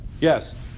Yes